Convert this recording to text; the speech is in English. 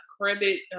credit